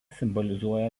simbolizuoja